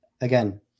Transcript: again